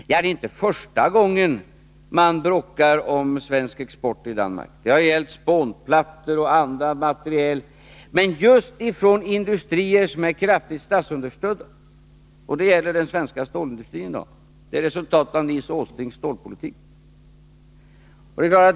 Det är inte första gången man bråkar om svensk export i Danmark. Det har då gällt spånplattor och andra produkter från industrier som är kraftigt statsunderstödda, och detsamma gäller den svenska stålindustrin i dag. Det ärresultatet av Nils Åslings stålpolitik.